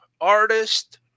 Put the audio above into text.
artist